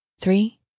three